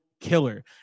killer